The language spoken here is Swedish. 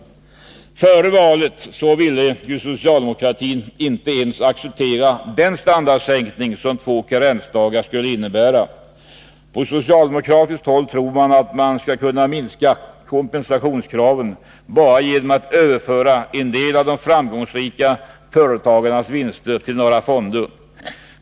Före valet ville ju socialdemokratin inte ens acceptera den standardsänkning som två karensdagar skulle innebära. På socialdemokratiskt håll tror man att man skall kunna minska kompensationskraven bara genom att överföra en del av de framgångsrika företagens vinster till några fonder.